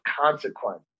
consequence